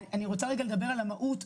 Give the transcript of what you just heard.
לדבר על המהות.